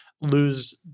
lose